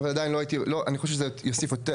אבל עדיין לא הייתי, אני חושב שזה יוסיף יותר.